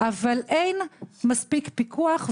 אבל אין מספיק פיקוח.